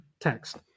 text